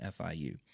FIU